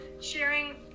sharing